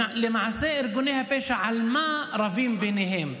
למעשה, ארגוני הפשע, על מה רבים ביניהם?